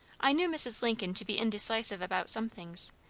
i knew mrs. lincoln to be indecisive about some things,